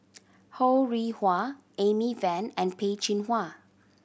Ho Rih Hwa Amy Van and Peh Chin Hua